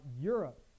Europe